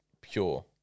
pure